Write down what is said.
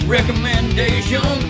Recommendation